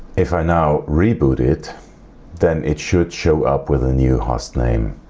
if i now reboot it then it should show up with the new hostname